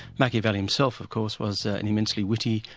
machiavelli himself of course was ah and immensely witty,